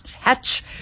hatch